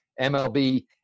MLB